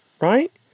right